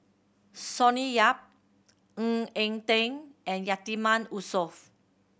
Sonny Yap Ng Eng Teng and Yatiman Yusof